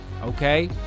okay